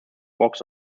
box